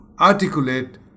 articulate